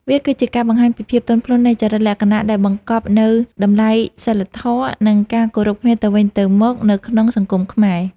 វាគឺជាការបង្ហាញពីភាពទន់ភ្លន់នៃចរិតលក្ខណៈដែលបង្កប់នូវតម្លៃសីលធម៌ និងការគោរពគ្នាទៅវិញទៅមកនៅក្នុងសង្គមខ្មែរ។